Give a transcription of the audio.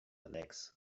legs